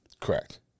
Correct